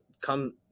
come